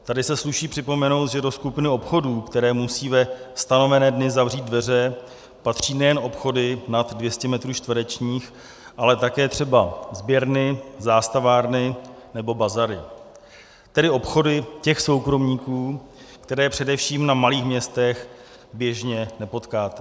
Tady se sluší připomenout, že do skupiny obchodů, které musí ve stanovené dny zavřít dveře, patří nejen obchody nad 200 metrů čtverečních, ale také třeba sběrny, zastavárny nebo bazary, tedy obchody těch soukromníků, které především na malých městech běžně nepotkáte.